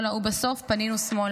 ובסוף פנינו שמאלה,